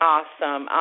Awesome